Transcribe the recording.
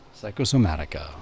Psychosomatica